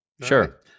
sure